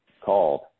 called